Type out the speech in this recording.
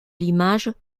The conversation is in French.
l’image